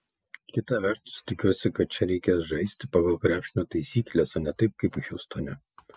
kita vertus tikiuosi kad čia reikės žaisti pagal krepšinio taisykles o ne taip kaip hjustone